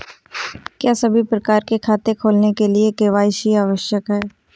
क्या सभी प्रकार के खाते खोलने के लिए के.वाई.सी आवश्यक है?